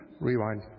Rewind